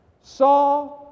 saw